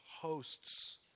hosts